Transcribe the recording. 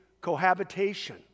cohabitation